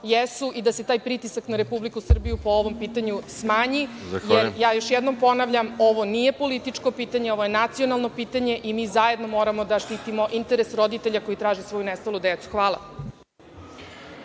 i da se taj pritisak na Republiku Srbiju po ovom pitanju smanji, jer još jednom ponavljam da ovo nije političko pitanje, ovo je nacionalno pitanje i mi zajedno moramo da štitimo interese roditelja koji traže svoju nestalu decu. Hvala.